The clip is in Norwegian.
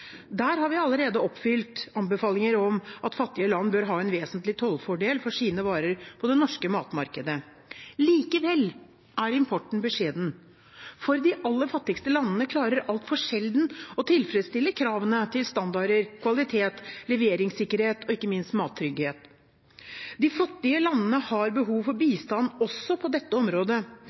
Der har vi allerede oppfylt anbefalinger om at fattige land bør ha en vesentlig tollfordel for sine varer på det norske matmarkedet. Likevel er importen beskjeden. For de aller fattigste landene klarer altfor sjelden å tilfredsstille kravene til standarder, kvalitet, leveringssikkerhet og ikke minst mattrygghet. De fattige landene har behov for bistand også på dette området.